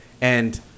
and-